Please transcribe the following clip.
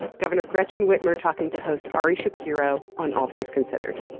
gov. and gretchen whitmer talking to host ari shapiro on all things considered